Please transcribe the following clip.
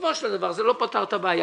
ובסופו של דבר זה לא פתר את הבעיה.